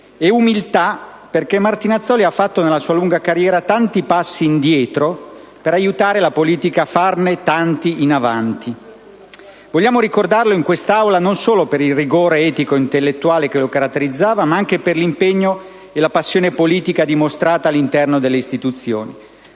umiltà perché Martinazzoli ha fatto nella sua lunga carriera tanti passi indietro per aiutare la politica a farne tanti in avanti. Vogliamo ricordarlo in quest'Aula non solo per il rigore etico e intellettuale che lo caratterizzava ma anche per l'impegno e la passione politica dimostrata all'interno delle istituzioni.